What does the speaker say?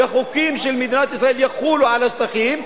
וחוקים של מדינת ישראל יחולו על השטחים.